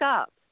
up